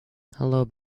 hello